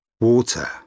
Water